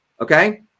Okay